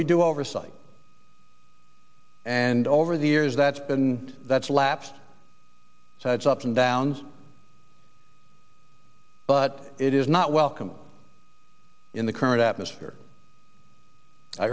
we do oversight and over the years that's been that's lapsed so it's ups and downs but it is not welcome in the current atmosphere i